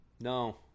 No